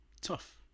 tough